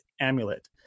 amulet